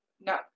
No